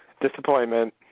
Disappointment